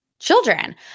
children